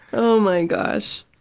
oh, my gosh.